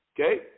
okay